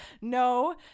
no